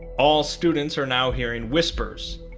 all students are now hearing whispers,